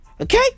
okay